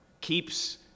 keeps